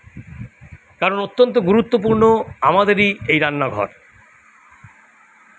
কারণ অত্যন্ত গুরুত্বপূর্ণ আমাদেরই এই রান্নাঘর